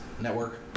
Network